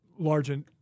Largent